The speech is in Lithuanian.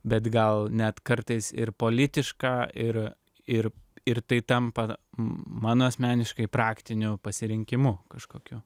bet gal net kartais ir politiška ir ir ir tai tampa mano asmeniškai praktiniu pasirinkimu kažkokiu